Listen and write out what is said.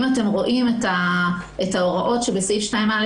אם אתם רואים את ההוראות בסעיף 2א',